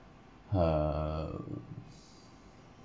her